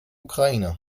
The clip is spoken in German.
ukraine